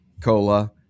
COLA